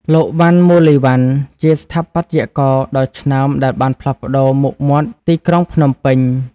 លោក វណ្ណ មូលីវណ្ណ ជាស្ថាបត្យករដ៏ឆ្នើមដែលបានផ្លាស់ប្តូរមុខមាត់ទីក្រុងភ្នំពេញ។